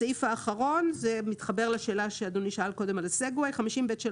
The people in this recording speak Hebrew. הסעיף האחרון זה מתחבר לשאלה שאדוני שאל קודם לגבי הסגווי 50ב3,